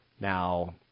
Now